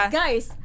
guys